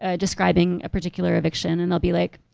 ah describing a particular eviction and they'll be like,